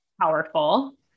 powerful